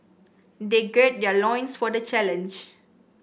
they gird their loins for the challenge